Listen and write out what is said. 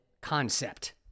concept